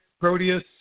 Proteus